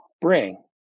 bring